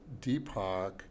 Deepak